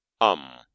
Um